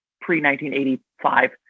pre-1985